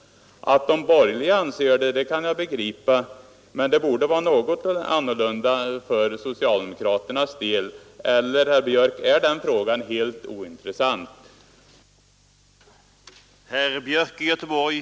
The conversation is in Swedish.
Att de borgerliga anser det kan jag begripa, men det borde vara något annorlunda för socialdemokraternas del. Eller är den frågan, herr Björk, helt ointressant?